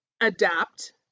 adapt